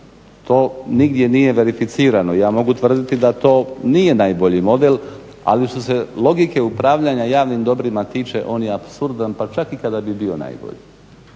to nigdje nije verificirano i ja mogu tvrditi da to nije najbolji model ali što se logike upravljanja javnim dobrima tiče on je apsurdan pa čak i kada bi bio najbolji.